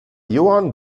johann